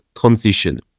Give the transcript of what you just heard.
transition